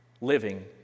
living